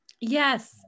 yes